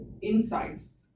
insights